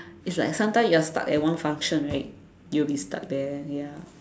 it's like sometime you are stuck at one function right you will be stuck there ya